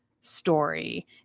story